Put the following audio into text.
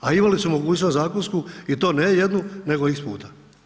A imali su mogućnost zakonsku i to ne jednu nego x puta.